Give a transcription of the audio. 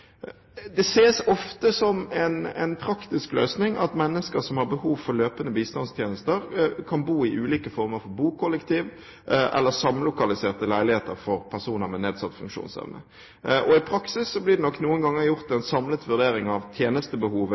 Det ses ofte som en praktisk løsning at mennesker som har behov for løpende bistandstjenester, kan bo i ulike former for bokollektiv eller samlokaliserte leiligheter for personer med nedsatt funksjonsevne. I praksis blir det nok noen ganger gjort en samlet vurdering av tjenestebehovet